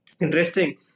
Interesting